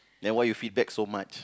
then why you feedback so much